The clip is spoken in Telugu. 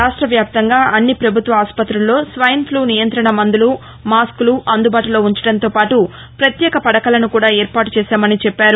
రాష్ట వ్యాప్తంగా అన్ని పభుత్వ ఆస్పతులలో స్వైన్ ఫ్లు నియంతణ మందులు మాస్కులు అందుబాటులో ఉండచంతోపాటు పత్యేక పడకలను కూడా ఏర్పాటు చేశామని చెప్పారు